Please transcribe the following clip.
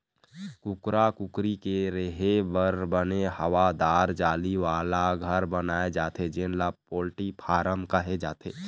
कुकरा कुकरी के रेहे बर बने हवादार जाली वाला घर बनाए जाथे जेन ल पोल्टी फारम कहे जाथे